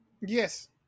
Yes